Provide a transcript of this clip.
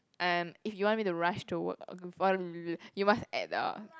and if you want me to rush to work you must add the